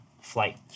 flight